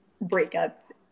breakup